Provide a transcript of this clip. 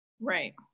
Right